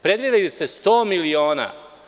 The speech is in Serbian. Predvideli ste 100 miliona.